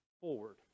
forward